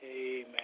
Amen